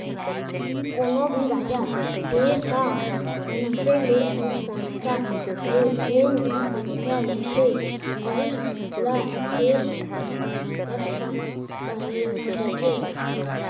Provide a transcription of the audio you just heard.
कोनो भी राज, देस ह मनसे ले अउ संस्था ले जेन भी पइसा लेथे वहीं ल टेक्स कहे जाथे